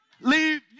leave